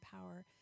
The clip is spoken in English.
power